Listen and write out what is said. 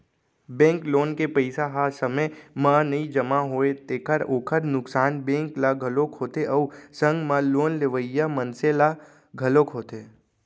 bank loan के पइसा ह समे म नइ जमा होवय तेखर ओखर नुकसान बेंक ल घलोक होथे अउ संग म लोन लेवइया मनसे ल घलोक होथे